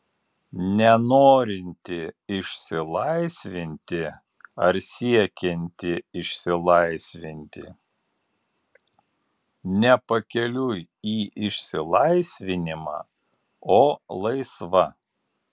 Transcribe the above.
ne norinti išsilaisvinti ar siekianti išsilaisvinti ne pakeliui į išsilaisvinimą o laisva